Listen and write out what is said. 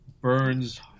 burns